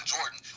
Jordan